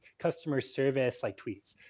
customer service like tweets.